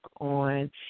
on